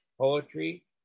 poetry